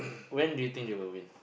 when do you think they will win